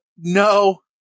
no